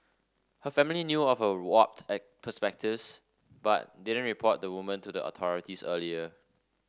her family knew of her warped perspectives but didn't report the woman to the authorities earlier